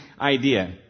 idea